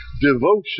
devotion